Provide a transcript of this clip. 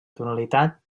tonalitat